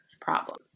problem